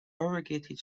irrigated